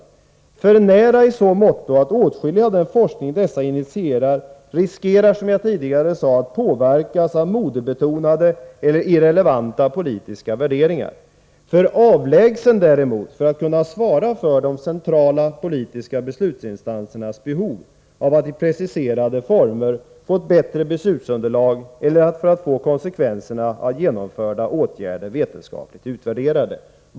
Den står för nära i så måtto att åtskilligt av den forskning dessa instanser initierar riskerar, som jag tidigare sade, att påverkas av modebetonade eller irrelevanta politiska värderingar. Den är för avlägsen, däremot, för att kunna tillgodose de centrala politiska beslutsinstansernas behov av att i preciserade former få ett bättre beslutsunderlag eller att få konsekvenserna av genomförda åtgärder vetenskapligt utvärderade.